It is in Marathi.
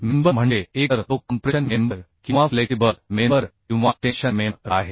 मेंबर म्हणजे एकतर तो कॉम्प्रेशन मेंबर किंवा फ्लेक्सिबल मेंबर किंवा टेन्शन मेंबर आहे